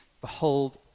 behold